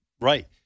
Right